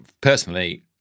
personally